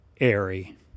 airy